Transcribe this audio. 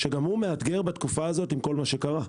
שגם הוא מאתגר בתקופה הזו עם כל מה שקרה.